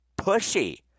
pushy